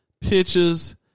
Pictures